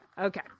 Okay